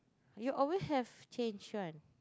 you always have change one